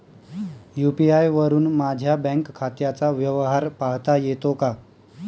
UPI वरुन माझ्या bank खात्याचा व्यवहार पाहता येतो का?